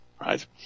right